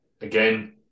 again